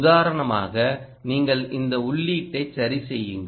உதாரணமாக நீங்கள் இந்த உள்ளீட்டை சரி செய்யுங்கள்